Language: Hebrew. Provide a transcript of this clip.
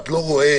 ולא רואה